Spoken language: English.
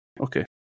Okay